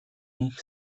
энх